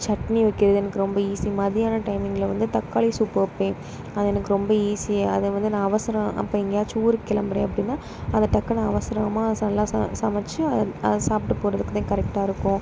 சட்னி வைக்கிறது எனக்கு ரொம்ப ஈஸி மாதிரி மத்தியானம் டைம்மிங்கில் வந்து தக்காளி சூப் வைப்பேன் அது எனக்கு ரொம்ப ஈஸியாக அதை வந்து நான் அவசரம் அப்போ எங்கேயாச்சும் ஊருக்கு கிளம்புறன் அப்படின்னா அது டக்குனு அவசரமாக நல்லா சமைத்து அதை சாப்பிட்டு போகிறதுக்கு தான் கரெக்டாயிருக்கும்